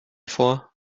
vor